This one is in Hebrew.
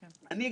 עם כל הכבוד,